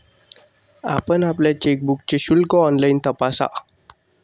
आपण आपल्या चेकबुकचे शुल्क ऑनलाइन तपासा